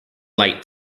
late